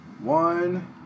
one